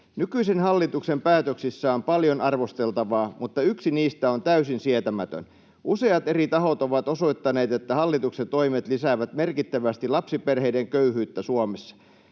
”Nykyisen hallituksen päätöksissä on paljon arvosteltavaa, mutta yksi niistä on täysin sietämätön. Useat eri tahot ovat osoittaneet, että hallituksen toimet lisäävät merkittävästi lapsiperheiden köyhyyttä Suomessa.